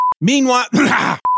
Meanwhile